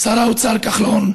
שר האוצר כחלון,